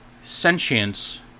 sentience